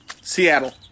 Seattle